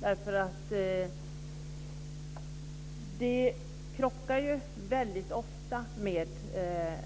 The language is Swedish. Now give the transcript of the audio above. Näringslivets intressen krockar väldigt ofta när det gäller